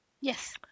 Yes